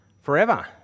forever